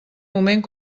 moment